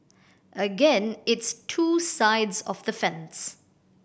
again it's two sides of the fence